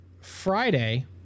Friday